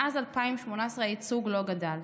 מאז 2018 הייצוג לא גדל.